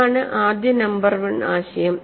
ഇതാണ് ആദ്യ number one ആശയം